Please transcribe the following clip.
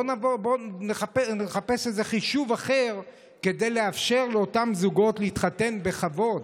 בואו נחפש איזה חישוב אחר כדי לאפשר לאותם זוגות להתחתן בכבוד,